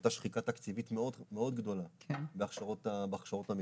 הייתה שחיקה תקציבית מאוד גדולה בהכשרות המקצועיות.